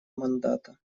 мандата